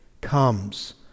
comes